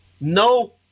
No